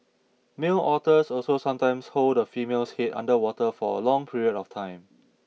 male otters also sometimes hold the female's head under water for a long period of time